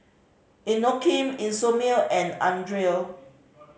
Inokim Isomil and Andre